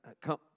come